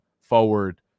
forward